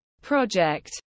project